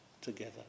together